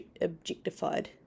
objectified